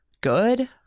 good